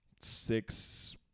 six